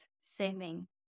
saving